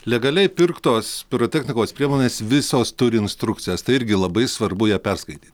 legaliai pirktos pirotechnikos priemonės visos turi instrukcijas tai irgi labai svarbu ją perskaityti